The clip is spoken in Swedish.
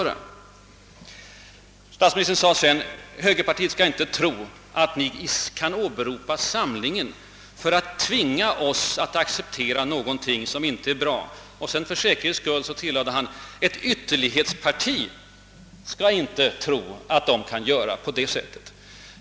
Sedan sade statsministern: »Ni i högerpartiet skall inte tro att ni kan åberopa behovet av samling för att tvinga oss att acceptera någonting som inte är bra.» För säkerhets skull tillade han sedan att ett »ytterlighetsparti» skall inte tro att det kan göra på det sättet.